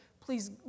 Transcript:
please